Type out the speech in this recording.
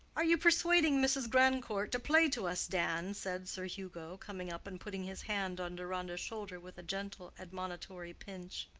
are you persuading mrs. grandcourt to play to us, dan? said sir hugo, coming up and putting his hand on deronda's shoulder with a gentle, admonitory pinch.